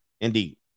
indeed